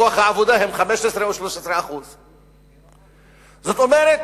בכוח העבודה הם 15% או 13%. זאת אומרת